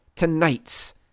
tonight's